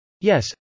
Yes